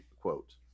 quote